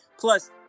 plus